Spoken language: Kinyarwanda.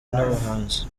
n’abahanzi